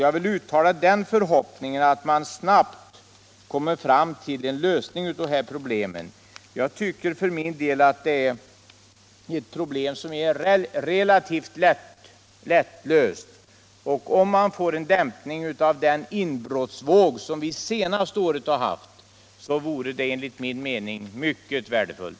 Jag vill uttala den förhoppningen att man snabbt kommer fram till en lösning av problemet. Jag tycker att det är ett problem som är relativt lättlöst. Om vi får en dämpning av den inbrottsvåg som vi har haft under det senaste året, vore det enligt min mening mycket värdefullt.